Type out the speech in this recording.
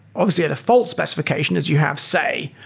obviously, a default specification is you have, say,